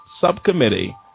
Subcommittee